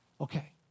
Okay